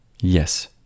Yes